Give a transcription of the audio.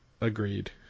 Agreed